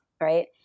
right